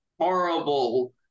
horrible